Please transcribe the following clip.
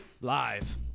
Live